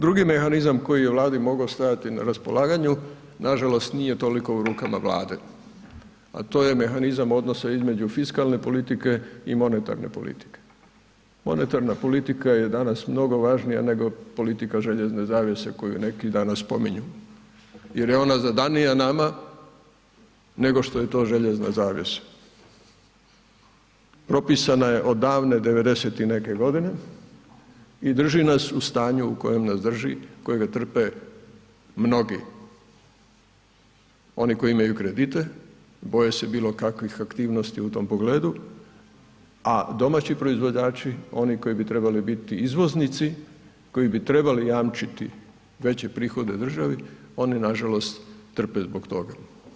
Drugi mehanizam koji je Vladi mogao stajati na raspolaganju nažalost nije toliko u rukama Vlade, a to je mehanizam odnosa između fiskalne politike i monetarne politike, monetarna politika je danas mnogo važnija nego politika željezne zavjese koju neki danas spominju jer je ona zadanija nama nego što je to željezna zavjesa, propisana je od davne '90 i neke godine i drži nas u stanju u kojem nas drži, kojega trpe mnogi, oni koji imaju kredite boje se bilo kakvih aktivnosti u tom pogledu, a domaći proizvođači oni koji bi trebali biti izvoznici, koji bi trebali jamčiti veće prihode državi, oni nažalost trpe zbog toga.